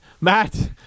Matt